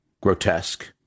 grotesque